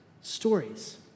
stories